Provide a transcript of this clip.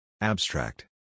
Abstract